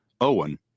Owen